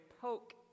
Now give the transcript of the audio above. poke